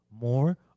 More